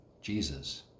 Jesus